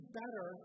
better